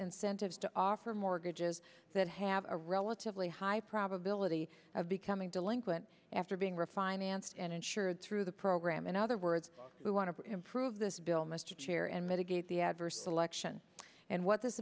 incentives to offer mortgages that have a relatively high probability of becoming delinquent after being refined aunts and insured through the program in other words we want to improve this bill mr chair and mitigate the adverse selection and what this